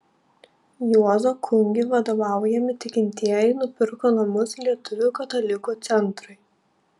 juozo kungi vadovaujami tikintieji nupirko namus lietuvių katalikų centrui